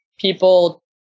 people